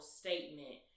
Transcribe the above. statement